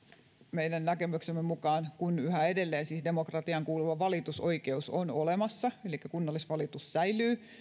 meidän näkemyksemme mukaan ei kun yhä edelleen siis demokratiaan kuuluva valitusoikeus on olemassa elikkä kunnallisvalitus säilyy